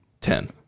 Ten